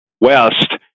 West